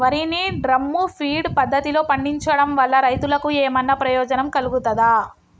వరి ని drum feed పద్ధతిలో పండించడం వల్ల రైతులకు ఏమన్నా ప్రయోజనం కలుగుతదా?